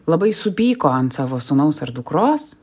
labai supyko ant savo sūnaus ar dukros